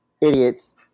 Idiots